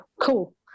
cool